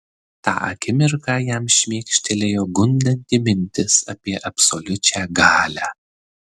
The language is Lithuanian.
tą akimirką jam šmėkštelėjo gundanti mintis apie absoliučią galią